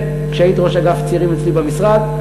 וכשהיית ראש אגף צעירים אצלי במשרד,